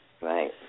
Right